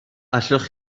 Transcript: allwch